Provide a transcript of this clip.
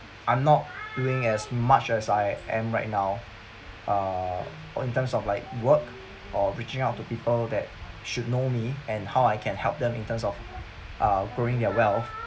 are not doing as much as I am right now uh or in terms of like work or reaching out to people that should know me and how I can help them in terms of uh growing their wealth